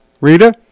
Rita